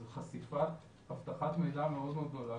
זו חשיפת אבטחת מידע מאוד גדולה,